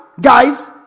guys